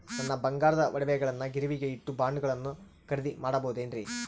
ನನ್ನ ಬಂಗಾರದ ಒಡವೆಗಳನ್ನ ಗಿರಿವಿಗೆ ಇಟ್ಟು ಬಾಂಡುಗಳನ್ನ ಖರೇದಿ ಮಾಡಬಹುದೇನ್ರಿ?